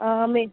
మే